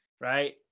right